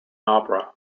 opera